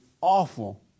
awful